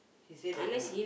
she say that uh